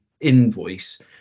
invoice